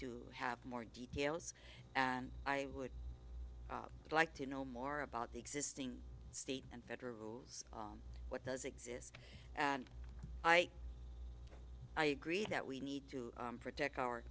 to have more details and i would like to know more about the existing state and federal what does exist and i i agree that we need to protect our